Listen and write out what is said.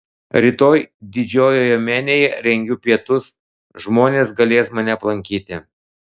rytoj didžiojoje menėje rengiu pietus žmonės galės mane aplankyti